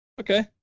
Okay